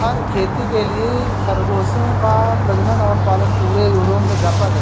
फर खेती के लिए खरगोशों का प्रजनन और पालन पूरे यूरोप में व्यापक है